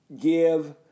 give